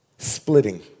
splitting